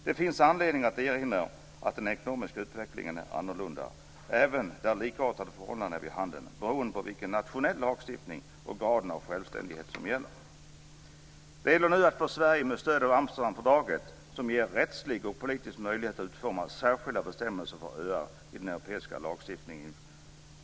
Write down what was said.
Det finns anledning att erinra om att den ekonomiska utvecklingen kan vara olika även där likartade förhållanden är vid handen, beroende på nationell lagstiftning och den grad av självständighet som gäller. Det gäller nu för Sverige att ta stöd i Amsterdamfördraget, som ger rättslig och politisk möjlighet att utforma särskilda bestämmelser för öar i den europeiska lagstiftningen.